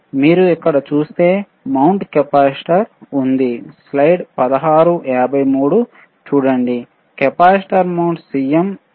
మీరు ఇక్కడ చూస్తే మౌంటు కెపాసిటర్ ఉంది స్లైడ్ 1653 చూడండి కెపాసిటర్ మౌంటు Cm ఉంది